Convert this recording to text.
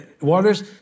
waters